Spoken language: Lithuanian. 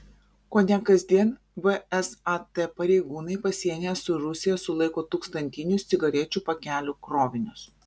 kone kasdien vsat pareigūnai pasienyje su rusija sulaiko tūkstantinius cigarečių pakelių krovinius